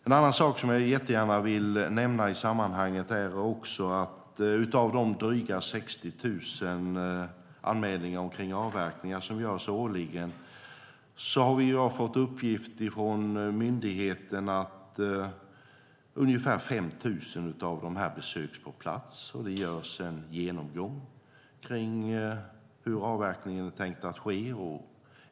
En annan sak som jag vill nämna i sammanhanget är att jag av myndigheten har fått uppgiften att av de drygt 60 000 anmälningar som årligen görs när det gäller avverkningar besöks ungefär 5 000 på plats. Det görs en genomgång av hur avverkningen är tänkt att ske.